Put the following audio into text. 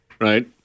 right